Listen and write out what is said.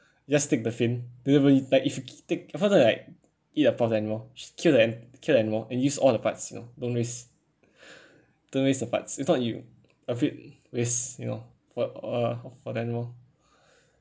just take the fin they don't even like if you ki~ take for the like eat the parts anymore j~ kill the an~ kill the animal and use all the parts you know don't waste don't waste the parts if not you a bit waste you know what uh for the animal